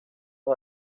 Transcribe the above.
los